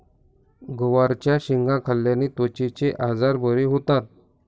गवारच्या शेंगा खाल्ल्याने त्वचेचे आजार बरे होतात